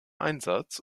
einsatz